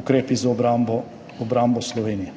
ukrepi za obrambo Slovenije.